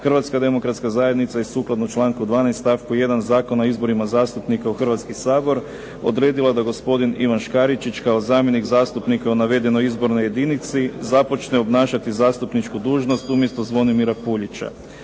Hrvatska demokratska zajednica je sukladno članku 12. stavku 1. Zakona o izborima zastupnika u Hrvatski sabor odredila da gospodin Ivan Škaričić kao zamjenik zastupnika u navedenoj izbornoj jedinici započne obnašati zastupničku dužnost umjesto Zvonimira Puljića.